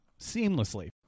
seamlessly